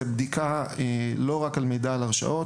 זה בדיקה שהיא לא רק של מידע על הרשעות,